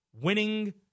winning